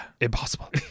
impossible